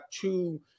two